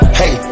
hey